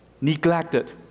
neglected